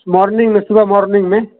morning میں صبح morning میں